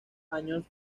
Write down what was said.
años